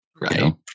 Right